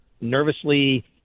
nervously